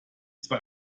zwei